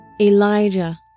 Elijah